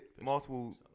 multiple